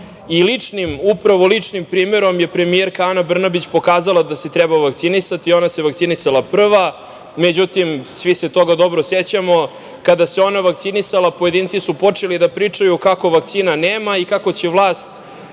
Ličnim, upravo ličnim primerom je premijerka Ana Brnabić pokazala da se treba vakcinisati. Ona se vakcinisala prva, međutim, svi se toga dobro sećamo, kada se ona vakcinisala pojedinci su počeli da pričaju kako vakcina nema i kako će vlast